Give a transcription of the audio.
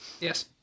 Yes